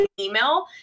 Email